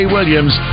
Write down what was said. Williams